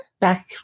Back